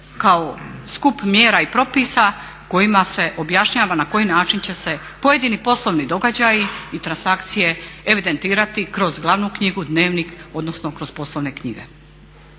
kao skup mjera i propisa kojima se objašnjava na koji način će se pojedini poslovni događaji i transakcije evidentirati kroz glavnu knjigu, dnevnik odnosno kroz poslovne knjige.